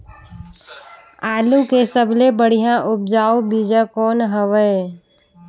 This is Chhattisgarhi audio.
आलू के सबले बढ़िया उपजाऊ बीजा कौन हवय?